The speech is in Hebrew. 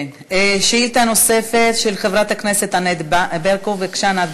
של 4,000 השקל לתקפה של ארבע-חמש שנים,